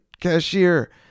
cashier